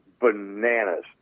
bananas